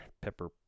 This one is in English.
Pepper